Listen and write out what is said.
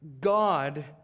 God